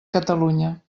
catalunya